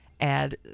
add